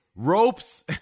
Ropes